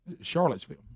Charlottesville